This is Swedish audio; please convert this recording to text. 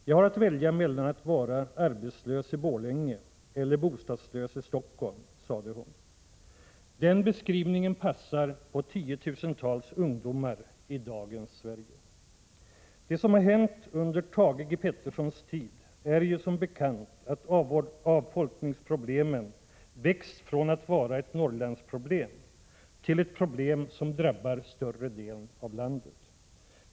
”Jag har att välja mellan att vara arbetslös i Borlänge eller bostadslös i Stockholm”, sade hon. Den beskrivningen passar på tiotusentals ungdomar i dagens Sverige. Det som hänt under Thage Petersons tid är som bekant att avfolkningsproblemen växt från att vara ett Norrlandsproblem till att bli ett problem som drabbar större delen av landet.